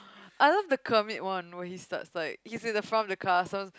I love the Kermit one where he starts like he's in front of the car so